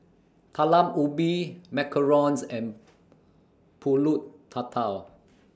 Talam Ubi Macarons and Pulut Tatal